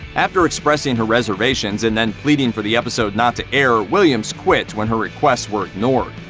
after expressing her reservations and then pleading for the episode not to air, williams quit when her requests were ignored.